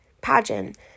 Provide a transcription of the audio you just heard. pageant